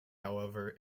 however